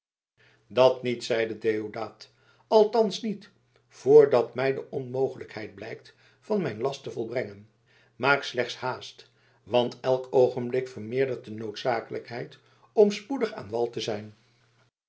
dat niet zeide deodaat althans niet voordat mij de onmogelijkheid blijkt van mijn last te volbrengen maak slechts haast want elk oogenblik vermeerdert de noodzakelijkheid om spoedig aan wal te zijn